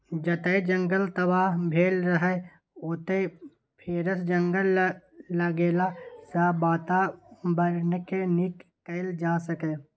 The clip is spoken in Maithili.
जतय जंगल तबाह भेल रहय ओतय फेरसँ जंगल लगेलाँ सँ बाताबरणकेँ नीक कएल जा सकैए